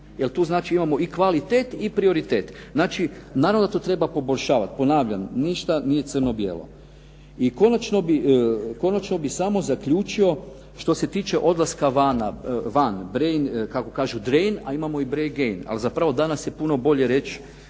tu znači imamo i kvalitet i prioritet. Znači naravno da to treba poboljšavati. Ponavljam, ništa nije crno bijelo. I konačno bih samo zaključio što se tiče odlaska van, brain kako kažu drain, a imamo i brain gaine, ali zapravo danas je puno bolje reći,